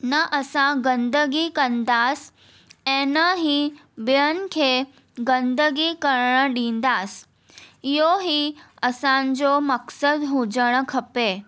न असां गंदगी कंदासि ऐं न ई ॿियनि खे गंदगी करण ॾींदासि इहो ई असांजो मक़सदु हुजणु खपे